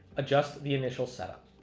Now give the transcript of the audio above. adjust the initial setup.